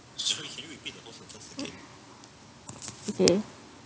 okay